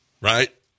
Right